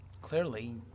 clearly